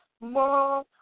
more